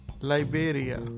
Liberia